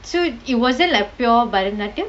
so it wasn't like pure bharathanaatyam